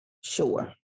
Sure